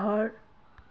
ঘৰ